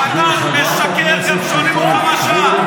אתה משקר גם כששואלים אותך מה השעה.